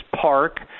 Park